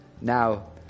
now